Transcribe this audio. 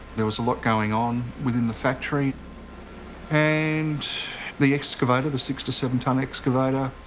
there was a lot going on within the factory and the excavator, the six to seven tonne excavator,